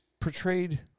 portrayed